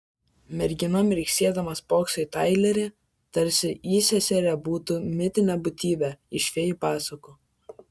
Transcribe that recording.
mergina mirksėdama spokso į tailerį tarsi įseserė būtų mitinė būtybė iš fėjų pasakų